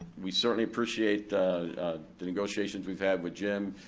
we certainly appreciate the negotiations we've had with jim,